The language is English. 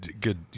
Good